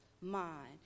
mind